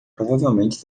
provavelmente